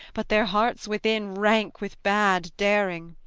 but their hearts within rank with bad daring!